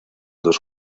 dos